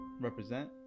represent